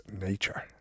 nature